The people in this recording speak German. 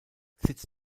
sitz